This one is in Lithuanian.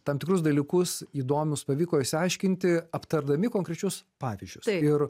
tam tikrus dalykus įdomius pavyko išsiaiškinti aptardami konkrečius pavyzdžius ir